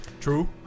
True